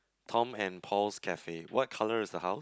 Tom and Paul's Cafe what colour is the house